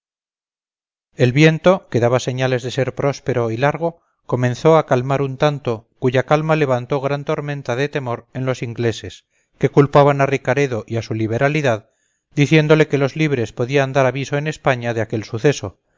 el viento que daba señales de ser próspero y largo comenzó a calmar un tanto cuya calma levantó gran tormenta de temor en los ingleses que culpaban a ricaredo y a su liberalidad diciéndole que los libres podían dar aviso en españa de aquel suceso